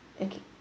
okay